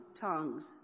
tongues